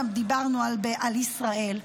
גם דיברנו על ישראל.